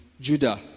Judah